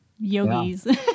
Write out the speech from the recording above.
yogis